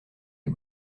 les